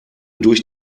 durch